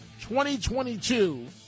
2022